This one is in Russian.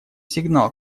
сигнал